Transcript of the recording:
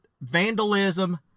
vandalism